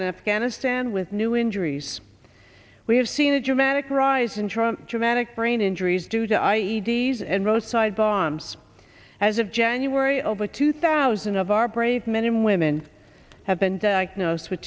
and afghanistan with new injuries we have seen a dramatic rise in trauma traumatic brain injuries due to i e t f and roadside bombs as of january over two thousand of our brave men and women have been diagnosed with